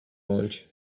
launch